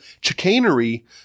chicanery